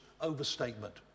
overstatement